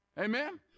Amen